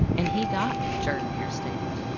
and he got jordan-hare stadium.